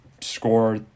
score